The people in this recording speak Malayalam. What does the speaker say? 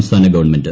സംസ്ഥാന ഗവൺമെന്റ്